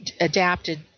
adapted